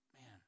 man